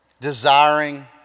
desiring